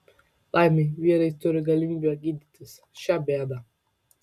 laimei vyrai turi galimybę gydytis šią bėdą